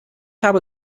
habe